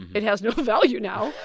it has no value now,